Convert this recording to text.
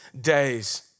days